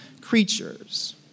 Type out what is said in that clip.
creatures